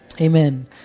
Amen